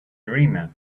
dreamer